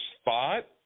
spot